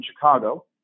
Chicago